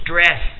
stress